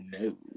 no